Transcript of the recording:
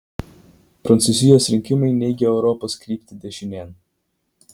prancūzijos rinkimai neigia europos kryptį dešinėn